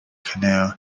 canoe